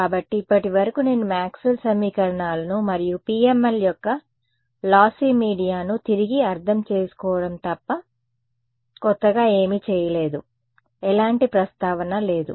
కాబట్టి ఇప్పటివరకు నేను మాక్స్వెల్స్ సమీకరణాలను మరియు PML యొక్క లాసి మీడియా ను తిరిగి అర్థం చేసుకోవడం తప్ప కొత్తగా ఏమీ చేయలేదు ఎలాంటి ప్రస్తావన లేదు